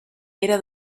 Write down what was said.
era